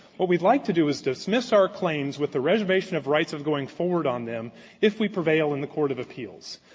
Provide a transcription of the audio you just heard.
what we'd like to do is dismiss our claims with the reservation of rights of going forward on them if we prevail in the court of appeals,